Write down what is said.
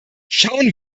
schauen